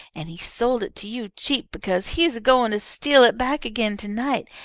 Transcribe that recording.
and he sold it to you cheap because he's a-goin' to steal it back again to-night,